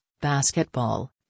basketball